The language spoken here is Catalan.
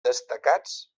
destacats